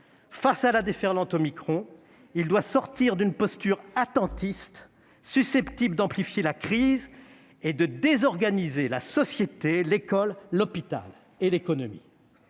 face à la déferlante omicron, il doit sortir d'une posture attentiste susceptible d'amplifier la crise et de désorganiser la société, l'école, l'hôpital et l'économie